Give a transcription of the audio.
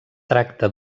tracta